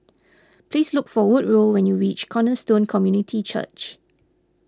please look for Woodrow when you reach Cornerstone Community Church